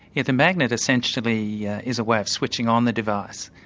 the the magnet essentially yeah is a way of switching on the device.